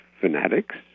fanatics